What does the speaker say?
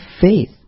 faith